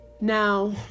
now